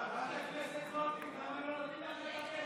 הסתייגות 50 לחלופין ו' לא נתקבלה.